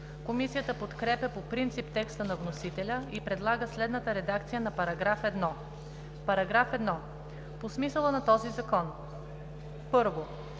Комисията подкрепя по принцип текста на вносителя и предлага следната редакция на § 1: „§ 1. По смисъла на този Закон: 1.